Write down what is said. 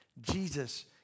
Jesus